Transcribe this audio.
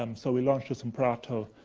um so we launched this in prato,